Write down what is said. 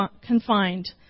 confined